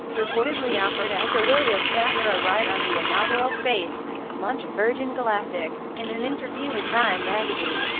reportedly offered actor william shatner a ride on the inaugural space launch of virgin galactic. in an interview in time magazine,